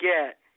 get